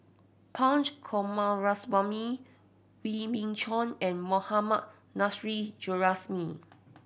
Punch Coomaraswamy Wee Beng Chong and Mohammad Nurrasyid Juraimi